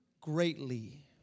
greatly